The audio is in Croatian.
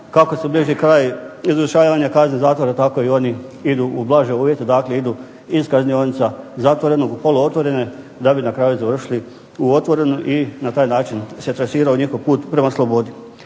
kako se bliži kraj izvršavanja kazne zatvora tako i oni idu u blaže uvjete, dakle idu iz kaznionica zatvorenog u poluotvorene, da bi na kraju završili u otvorenom i na taj način se …/Ne razumije se./… njihov put prema slobodi.